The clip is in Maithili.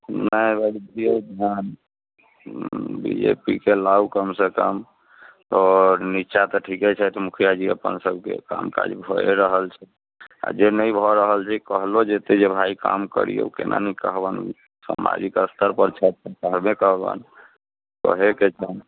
नहि एहि बेर दिऔ ध्यान बीजेपीके लाउ कमसे कम आओर नीचाँ तऽ ठीके छथि मुखिआ जी अपन सबके काम काज भए रहल छै आ जे नहि भऽ रहल छै कहलो जेतै जे भाइ काम करियौ केना नहि कहबनि सामाजिक स्तर पर छथि तऽ कहबे करबनि करहेके छनि